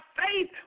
faith